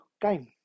game